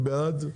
מי בעד?